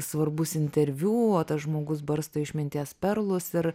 svarbus interviu o tas žmogus barsto išminties perlus ir